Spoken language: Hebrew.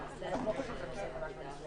זה הניסיון המצטבר שלנו.